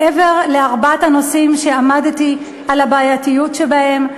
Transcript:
מעבר לארבעת הנושאים שעמדתי על הבעייתיות שלהם,